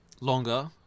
Longer